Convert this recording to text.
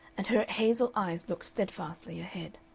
and her hazel eyes looked steadfastly ahead.